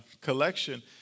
collection